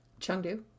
Chengdu